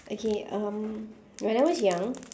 okay um when I was young